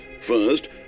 first